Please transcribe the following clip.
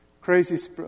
crazy